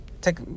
take